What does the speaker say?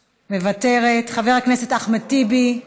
מוותרת, חבר הכנסת אחמד טיבי,